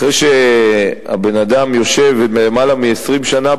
אחרי שהבן-אדם יושב למעלה מ-20 שנה,